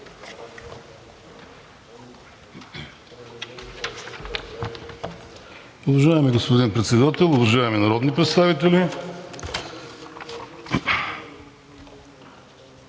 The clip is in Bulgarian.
Уважаеми господин Председател, уважаеми народни представители!